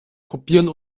kopieren